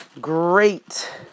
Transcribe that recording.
great